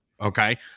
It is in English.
okay